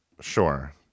Sure